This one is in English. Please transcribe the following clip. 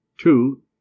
Two